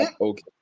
okay